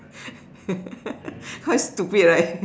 quite stupid right